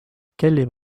kelly